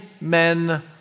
men